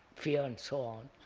fear and so on,